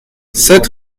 sept